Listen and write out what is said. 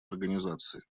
организации